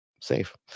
safe